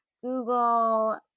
Google